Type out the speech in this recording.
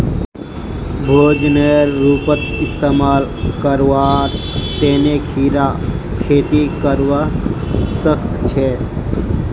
भोजनेर रूपत इस्तमाल करवार तने कीरा खेती करवा सख छे